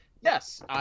Yes